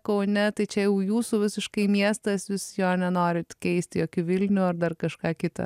kaune tai čia jau jūsų visiškai miestas jūs jo nenorit keisti jokiu vilniu ar dar kažką kita